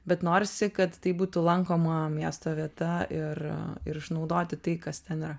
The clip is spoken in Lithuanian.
bet norisi kad tai būtų lankoma miesto vieta ir ir išnaudoti tai kas ten yra